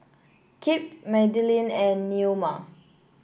Kip Madelynn and Neoma